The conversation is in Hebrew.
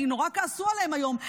כי נורא כעסו עליהם היום,